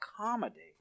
accommodate